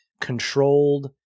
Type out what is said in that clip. controlled